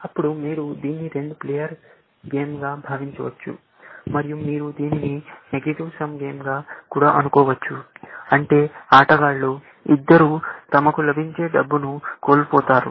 అప్పుడు మీరు దీన్ని రెండు ప్లేయర్ గేమ్గా భావించవచ్చు మరియు మీరు దీనిని నెగటివ్ సమ్ గేమ్గా కూడా అనుకోవచ్చు అంటే ఆటగాళ్ళు ఇద్దరూ తమకు లభించే డబ్బును కోల్పోతారు